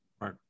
Right